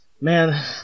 man